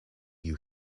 you